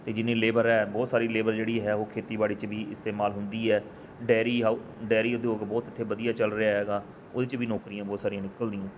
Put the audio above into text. ਅਤੇ ਜਿੰਨੀ ਲੇਬਰ ਹੈ ਬਹੁਤ ਸਾਰੀ ਲੇਬਰ ਜਿਹੜੀ ਹੈ ਉਹ ਖੇਤੀਬਾੜੀ 'ਚ ਵੀ ਇਸਤੇਮਾਲ ਹੁੰਦੀ ਹੈ ਡੇਅਰੀ ਹਾਓ ਡੇਅਰੀ ਉਦਯੋਗ ਬਹੁਤ ਇੱਥੇ ਵਧੀਆ ਚੱਲ ਰਿਹਾ ਹੈਗਾ ਉਹਦੇ 'ਚ ਵੀ ਨੌਕਰੀਆਂ ਬਹੁਤ ਸਾਰੀਆਂ ਨਿਕਲਦੀਆਂ